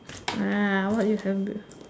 what you have